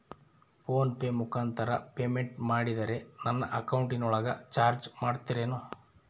Phone pay ಮುಖಾಂತರ payment ಮಾಡಿದರೆ ನನ್ನ ಅಕೌಂಟಿನೊಳಗ ಚಾರ್ಜ್ ಮಾಡ್ತಿರೇನು?